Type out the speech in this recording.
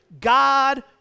God